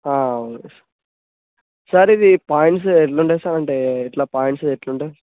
sir ఇది points ఎట్లుంటాయి sir అంటే పాయింట్స్ ఎట్లుంటాయి